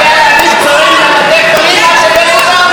בתקופה שלך היה להביא פצועים לבתי חולים?